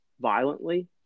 violently